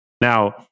Now